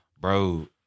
bro